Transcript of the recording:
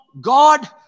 God